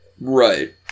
right